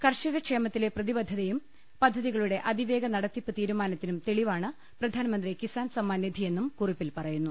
കർഷക ക്ഷേമത്തിലെ പ്രതിബദ്ധതയും പദ്ധതികളുടെ അതിവേഗ നടത്തി പ്പ് തീരുമാനത്തിനും തെളിവാണ് പ്രധാൻമന്ത്രി കിസാൻ സമ്മാൻ നിധി യെന്നും കുറിപ്പിൽ പറയുന്നു